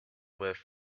with